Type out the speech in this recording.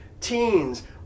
teens